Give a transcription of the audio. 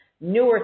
newer